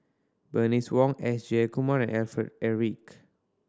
Bernice Wong S Jayakumar and Alfred Eric